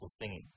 singing